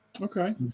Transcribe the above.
okay